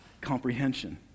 comprehension